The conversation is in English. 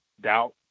doubt